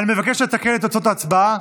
אני מבקש לתקן את תוצאות ההצבעה